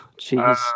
Jeez